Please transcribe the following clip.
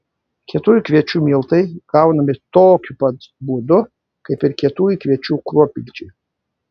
kietųjų kviečių miltai gaunami tokiu pat būdu kaip ir kietųjų kviečių kruopmilčiai